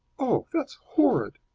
oh, that's horrid.